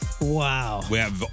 Wow